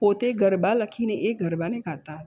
પોતે ગરબા લખીને એ ગરબાને ગાતાં હતાં